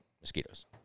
mosquitoes